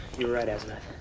you were right, azabeth.